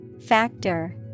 Factor